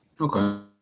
Okay